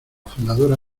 fundadora